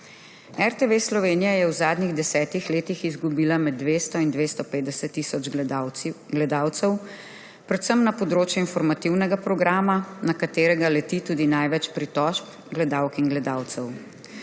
RTV Slovenija je v zadnjih 10 letih izgubila med 200 in 250 tisoč gledalcev predvsem na področju informativnega programa, na katerega leti tudi največ pritožb gledalk in gledalcev.